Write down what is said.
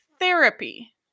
therapy